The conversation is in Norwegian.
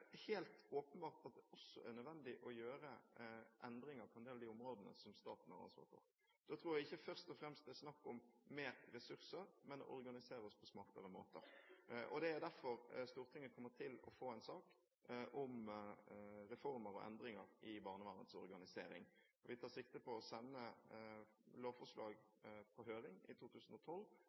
helt åpenbart at det også er nødvendig å gjøre endringer på en del av de områdene som staten har ansvar for. Da tror jeg det ikke først og fremst er snakk om mer ressurser, men om å organisere oss på smartere måter. Det er derfor Stortinget kommer til å få en sak om reformer og endringer i barnevernets organisering. Vi tar sikte på å sende lovforslaget på høring i 2012